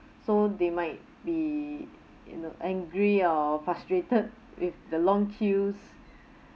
so they might be you know angry or frustrated with the long queues